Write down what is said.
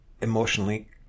emotionally